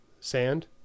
sand